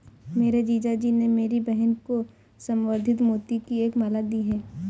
मेरे जीजा जी ने मेरी बहन को संवर्धित मोती की एक माला दी है